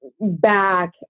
back